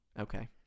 Okay